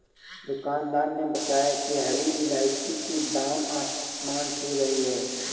दुकानदार ने बताया कि हरी इलायची की दाम आसमान छू रही है